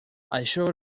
això